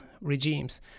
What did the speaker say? regimes